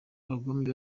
abagome